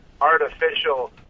artificial